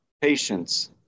patience